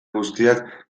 guztiak